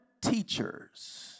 teachers